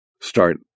start